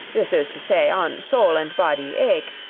this is to say, on soul and body eke,